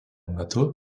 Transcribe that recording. metu